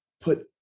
put